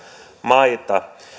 maita